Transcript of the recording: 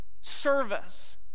service